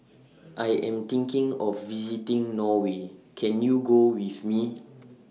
I Am thinking of visiting Norway Can YOU Go with Me